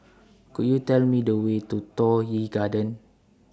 Could YOU Tell Me The Way to Toh Yi Garden